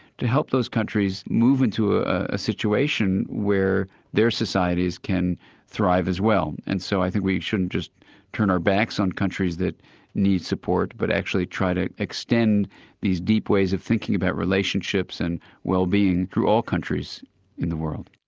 to help those countries move into a ah situation where their societies can thrive as well. and so i think we shouldn't just turn our backs on countries that need support but actually try to extend these deep ways of thinking about relationships, and wellbeing, through all countries in the world.